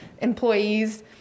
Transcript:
employees